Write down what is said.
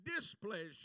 displeasure